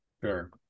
Sure